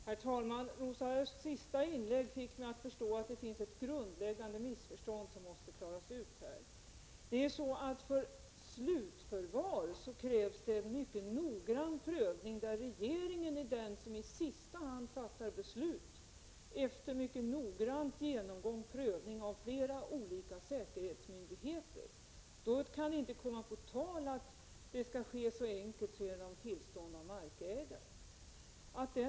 Herr talman! Rosa Ösths sista inlägg fick mig att förstå att det finns ett grundläggande missförstånd som måste klaras ut. När det gäller slutförvaring krävs en mycket noggrann prövning. Regeringen är den som i sista hand fattar beslut, men först sedan det gjorts en mycket noggrann prövning och genomgång från flera olika säkerhetsmyndigheters sida. I sådana fall kan det inte komma på tal att handläggningen skall ske så enkelt att det är tillräckligt med enbart ett tillstånd av markägaren.